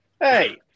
Hey